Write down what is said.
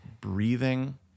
breathing